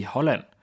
Holland